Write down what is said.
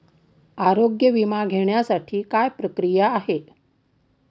आरोग्य विमा घेण्यासाठी काय प्रक्रिया आहे?